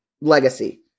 legacy